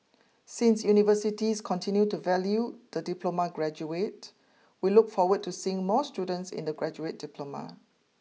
since universities continue to value the diploma graduate we look forward to seeing more students in the graduate diploma